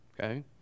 Okay